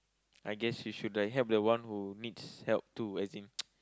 I guess you should like help the one who needs help too as in